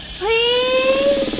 please